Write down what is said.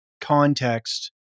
context